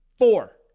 Four